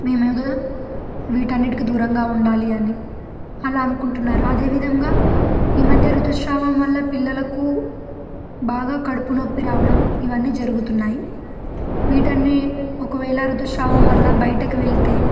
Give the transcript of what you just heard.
మేము ఏదో వీటన్నిటికి దూరంగా ఉండాలి అని అలా అనుకుంటున్నారు అదేవిధంగా ఈమధ్య ఋతుస్రావం వల్ల పిల్లలకు బాగా కడుపు నొప్పి రావడం ఇవన్నీ జరుగుతున్నాయి వీటన్ని ఒకవేళ ఋతుస్రావం వల్ల బయటకు వెళ్తే